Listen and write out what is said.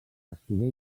estigué